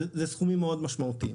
אלה סכומים מאוד משמעותיים.